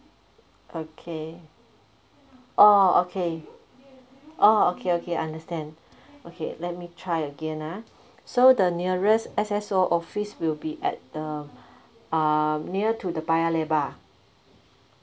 okay orh okay orh okay okay understand okay let me try again ah so the nearest S_S_O office will be at the um near to the paya lebar